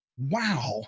Wow